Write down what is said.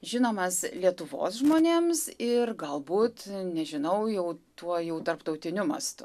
žinomas lietuvos žmonėms ir galbūt nežinau jau tuo jau tarptautiniu mastu